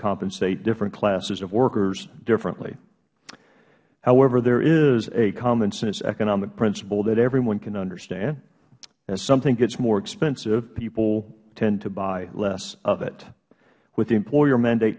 compensate different classes of workers differently however there is a common sense economic principle that everyone can understand as something gets more expensive people tend to buy less of it with the employer mandate